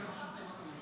אני השוטר הרע.